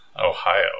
Ohio